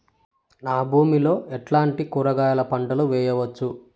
నా భూమి లో ఎట్లాంటి కూరగాయల పంటలు వేయవచ్చు?